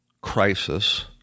crisis